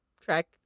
track